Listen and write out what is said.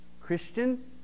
Christian